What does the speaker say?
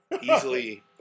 easily